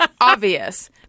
obvious